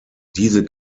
diese